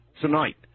tonight